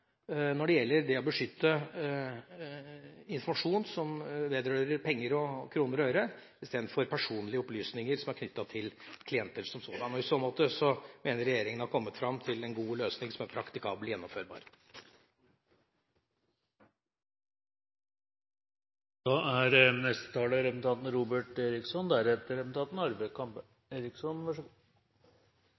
når det gjelder sjølve nivået for taushetsplikt, må det i noen tilfeller være lavere når det gjelder det å beskytte informasjon som vedrører penger, kroner og øre, istedenfor personlige opplysninger som er knyttet til klienter som sådan. I så måte mener jeg at regjeringa er kommet fram til en god løsning som er